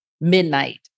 midnight